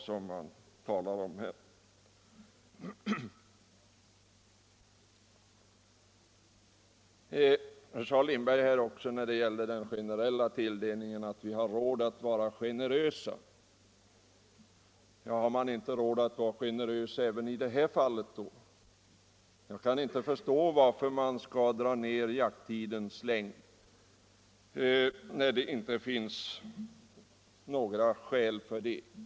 Herr Lindberg sade också att vi har råd att vara generösa när det gäller den generella tilldelningen. Men har man då inte råd att vara generös även i det här fallet? Jag kan inte förstå varför man vill minska på jakttidens längd när det inte finns några skäl för det.